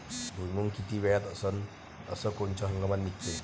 भुईमुंग किती वेळात अस कोनच्या हंगामात निगते?